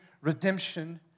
redemption